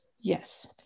Yes